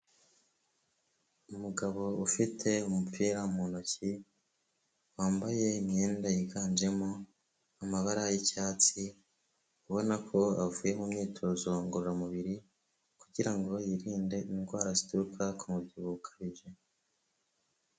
Umugabo ufite umupira mu ntoki wambaye imyenda yiganjemo amabara y'icyatsi ubona ko avuye mu myitozo ngororamubiri kugirango ngo yirinde indwara zituruka ku mubyibuho ukabije.